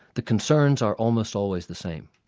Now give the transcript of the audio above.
the concerns are almost always the same.